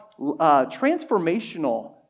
transformational